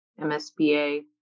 MSBA